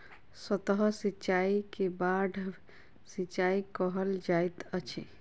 सतह सिचाई के बाढ़ सिचाई कहल जाइत अछि